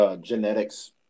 Genetics